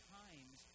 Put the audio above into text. times